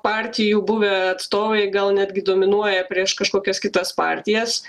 partijų buvę atstovai gal netgi dominuoja prieš kažkokias kitas partijas